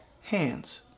hands